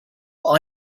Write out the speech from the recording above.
but